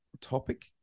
topic